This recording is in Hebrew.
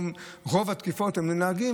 רוב התקיפות הן כלפי נהגים,